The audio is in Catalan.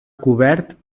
cobert